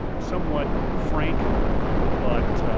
somewhat frank but